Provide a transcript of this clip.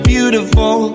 Beautiful